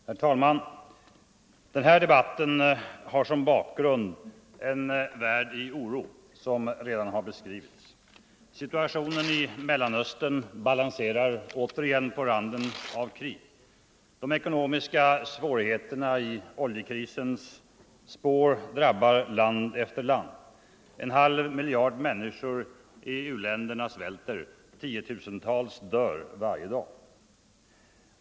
Herr talman! Den här debatten har som bakgrund en värld i oro, som redan har beskrivits. Situationen i Mellanöstern balanserar återigen på randen av krig. De ekonomiska svårigheterna i oljekrisens spår drabbar land efter land. En halv miljard människor i u-länderna svälter, tiotusentals dör varje dag.